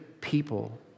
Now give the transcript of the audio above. people